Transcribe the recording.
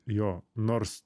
jo nors